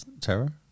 Terror